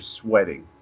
sweating